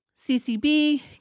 CCB